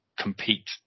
compete